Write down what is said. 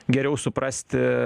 geriau suprasti